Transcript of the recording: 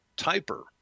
typer